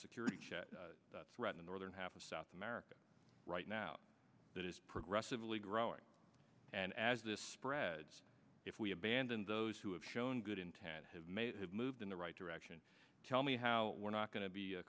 security threat the northern half of south america right now that is progressively growing and as this spreads if we abandon those who have shown good intent have may have moved in the right direction tell me how we're not going to be